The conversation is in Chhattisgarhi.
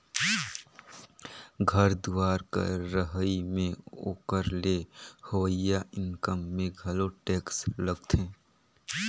घर दुवार कर रहई में ओकर ले होवइया इनकम में घलो टेक्स लागथें